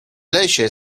lesie